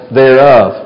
thereof